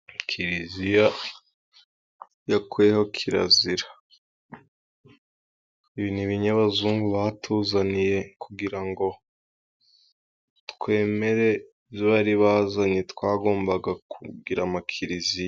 Kiriziya yakuyeho kirazira, ibi ni ibinyabazungu batuzaniye, kugira ngo twemere ibyo bari bazanye, twagombaga kugira za kiriziya.